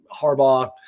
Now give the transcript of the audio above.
Harbaugh